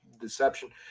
deception